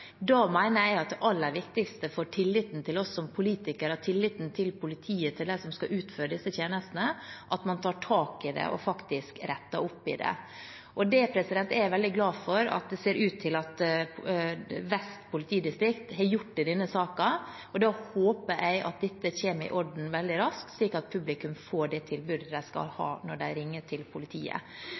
Da mener jeg at det aller viktigste for tilliten til oss som politikere og tilliten til politiet, til dem som skal utføre disse tjenestene, er at man tar tak i det og faktisk retter opp i det. Det er jeg veldig glad for at det ser ut til at Vest politidistrikt har gjort i denne saken. Da håper jeg at dette kommer i orden veldig raskt, slik at publikum får det tilbudet de skal ha når de ringer til politiet.